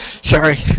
Sorry